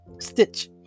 stitch